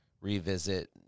revisit